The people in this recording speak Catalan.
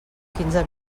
quinze